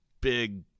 big